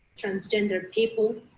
transgender people,